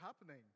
happening